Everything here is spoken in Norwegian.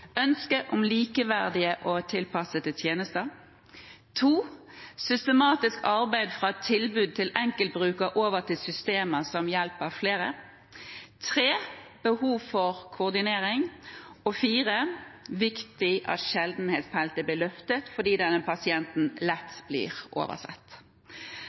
ønske om likeverdige og tilpassede tjenester systematisk arbeid, fra tilbud til enkeltbruker over til systemer som hjelper flere behov for koordinering viktigheten av at sjeldenhetsfeltet blir løftet, fordi pasienten lett blir oversett